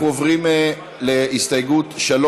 אנחנו עוברים להסתייגות 3,